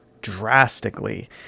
drastically